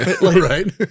Right